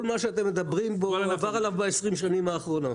כל מה שאתם מדברים בו עבר עליו ב-20 השנים האחרונות.